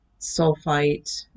sulfite